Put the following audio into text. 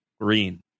Green